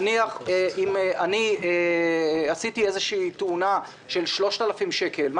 נניח אם עשיתי איזו תאונה של 3,000 שקל,